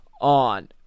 on